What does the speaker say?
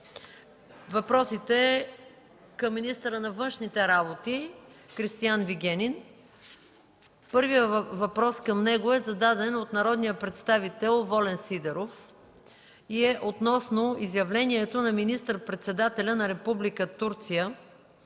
въпросите към министъра на външните работи Кристиан Вигенин. Първият въпрос към него е зададен от народния представител Волен Сидеров и е относно изявлението на министър-председателя на Република Турция